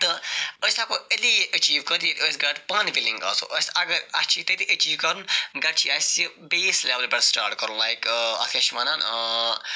تہٕ أسۍ ہٮ۪کو ایٚلی ایٚچیٖو کٔرِتھ ییٚلہِ أسۍ گۄڈٕ پانہٕ وِلِنٛگ آسو أسۍ اگر اَسہِ چھِ تیٚلہِ یہِ ایٚچیٖو کَرُن گۄڈٕ چھُ اَسہِ یہِ بیٚیِس لٮ۪ولہِ پٮ۪ٹھ سٹارٹ کَرُن لایک اَتھ کیاہ چھِ ونان